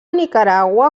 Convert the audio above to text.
nicaragua